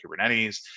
Kubernetes